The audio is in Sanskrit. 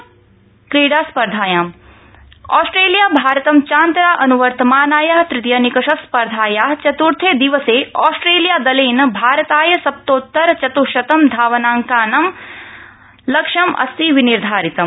ऑस्ट्रखिया भारत क्रिकटि ऑस्ट्रेलिया भारतं चान्तरा अनुवर्तमानाया तृतीयनिकषस्पर्धाया चतुर्थे दिवसे ऑस्ट्रेलिया दलेन भारताय सप्तोत्तर चत्शतं धावनाकांनां लक्ष्यं अस्ति विनिर्धारितम्